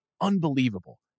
unbelievable